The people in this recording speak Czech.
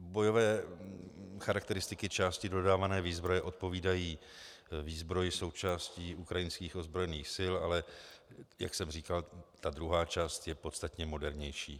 Bojové charakteristiky části dodávané výzbroje odpovídají výzbroji součástí ukrajinských ozbrojených sil, ale jak jsem říkal, ta druhá část je podstatně modernější.